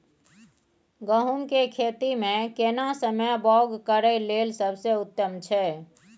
गहूम के खेती मे केना समय बौग करय लेल सबसे उत्तम छै?